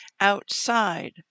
outside